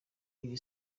iri